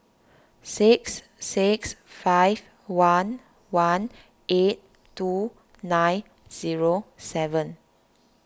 six six five one one eight two nine zero seven